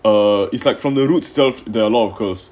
err it's like from the root stuff there are a lot of course